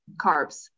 carbs